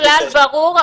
הכלל ברור,